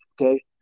Okay